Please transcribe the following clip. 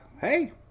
hey